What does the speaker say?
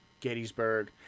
Gettysburg